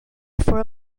for